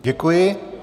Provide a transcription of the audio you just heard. Děkuji.